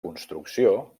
construcció